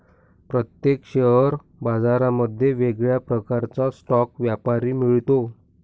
प्रत्येक शेअर बाजारांमध्ये वेगळ्या प्रकारचा स्टॉक व्यापारी मिळतो